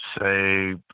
say